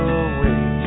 away